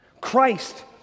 Christ